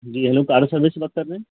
जी hello car service से बात कर रहे हैं